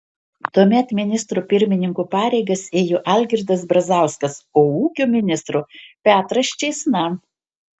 tuomet ministro pirmininko pareigas ėjo algirdas brazauskas o ūkio ministro petras čėsna